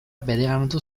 bereganatu